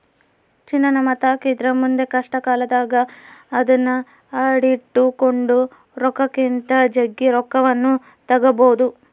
ಚಿನ್ನ ನಮ್ಮತಾಕಿದ್ರ ಮುಂದೆ ಕಷ್ಟಕಾಲದಾಗ ಅದ್ನ ಅಡಿಟ್ಟು ಕೊಂಡ ರೊಕ್ಕಕ್ಕಿಂತ ಜಗ್ಗಿ ರೊಕ್ಕವನ್ನು ತಗಬೊದು